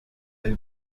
del